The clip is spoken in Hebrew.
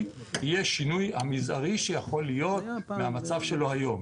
יהיה המזערי ביותר שיכול להיות מהמצב היום.